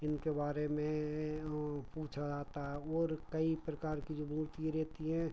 इनके बारे में वह पूछा जाता है और कई प्रकार की जो मूर्तियाँ रहती हैं